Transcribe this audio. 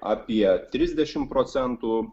apie trisdešimt procentų